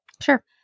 sure